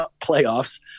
playoffs